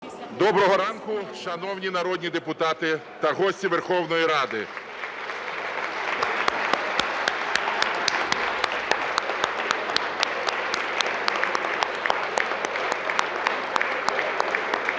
Доброго ранку, шановні народні депутати та гості Верховної Ради України!